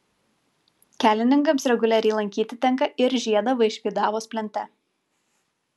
kelininkams reguliariai lankyti tenka ir žiedą vaišvydavos plente